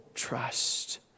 trust